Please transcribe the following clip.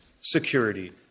security